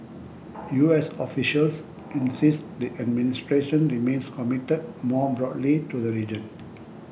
U S officials insist the administration remains committed more broadly to the region